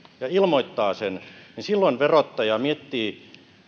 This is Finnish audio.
ja ilmoittaa sen niin silloin verottaja miettii